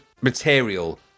material